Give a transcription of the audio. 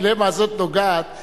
הדילמה הזאת נוגעת,